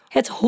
Het